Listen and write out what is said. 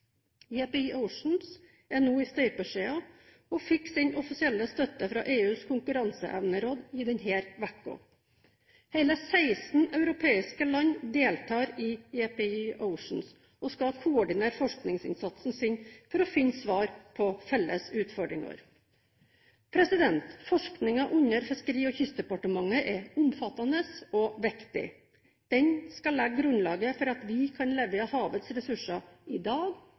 er nå i støpeskjeen og fikk sin offisielle støtte fra EUs konkurranseevneråd i denne uken. Hele 16 europeiske land deltar i JPI Oceans og skal koordinere forskningsinnsatsen sin for å finne svar på felles utfordringer. Forskningen under Fiskeri- og kystdepartementet er omfattende og viktig. Den skal legge grunnlaget for at vi kan leve av havets ressurser i dag